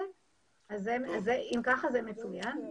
אם זה כך, זה מצוין.